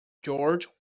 george